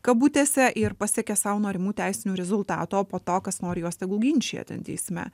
kabutėse ir pasiekė savo norimų teisinių rezultatų o po to kas nori juos tegul ginčija ten teisme